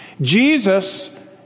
Jesus